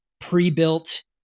pre-built